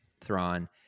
Thrawn